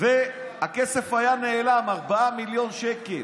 והכסף היה נעלם, 4 מיליון שקל.